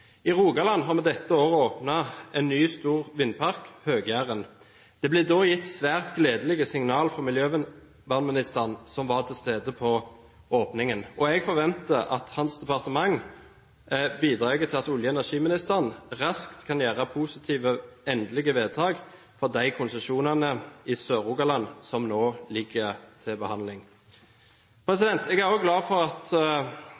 I Rogaland har vi dette året åpnet en ny, stor vindpark – Høg-Jæren. Det ble da gitt svært gledelige signaler fra miljøvernministeren, som var til stede på åpningen, og jeg forventer at hans departement bidrar til at olje- og energiministeren raskt kan gjøre positive, endelige vedtak for de konsesjonene i Sør-Rogaland som nå ligger til behandling. Jeg er også glad for at